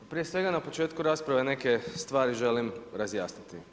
Prije svega na početku rasprave neke stvari želim razjasniti.